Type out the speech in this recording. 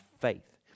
faith